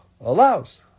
allows